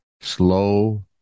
slow